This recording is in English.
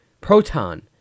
Proton